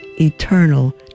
eternal